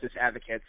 advocates